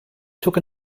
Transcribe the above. took